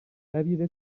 دبیر